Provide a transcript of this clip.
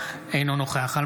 אינו נוכח חילי טרופר,